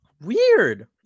Weird